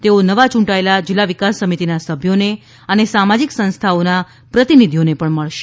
તેઓ નવા યૂંટાયેલા જિલ્લા વિકાસ સમિતિના સભ્યોને અને સામાજીક સંસ્થાઓના પ્રતિનિધિઓને પણ મળશે